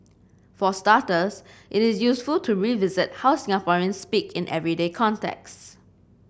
for starters it is useful to revisit how Singaporeans speak in everyday contexts